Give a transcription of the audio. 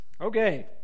Okay